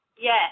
Yes